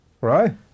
Right